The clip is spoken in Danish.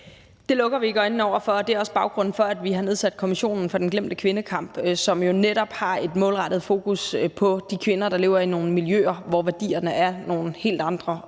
Det lukker vi ikke øjnene for. Det er også baggrunden for, at vi har nedsat Kommissionen for den glemte kvindekamp, som jo netop har et målrettet fokus på de kvinder, der lever i nogle miljøer, hvor værdierne er nogle helt andre.